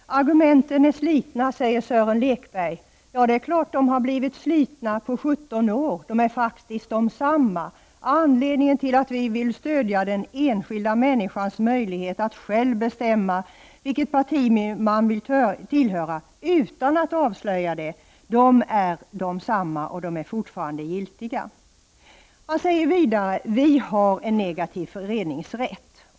Herr talman! Argumenten är slitna, säger Sören Lekberg. Det är klart att de har blivit slitna på 17 år, eftersom de faktiskt är desamma. Skälen till att vi vill stödja den enskilda människans möjlighet att själv bestämma vilket parti hon vill tillhöra utan att avslöja det är desamma, och de skälen är fortfarande giltiga. Sören Lekberg säger vidare: Vi har en negativ föreningsrätt.